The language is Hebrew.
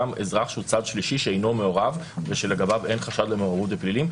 גם אזרח שהוא צד שלישי שאינו מעורב ושלגביו אין חשד למעורבות בפלילים.